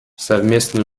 совместные